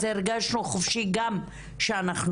הם מרגישים חופשיים לעשות גם.